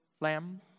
lamb